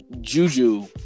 Juju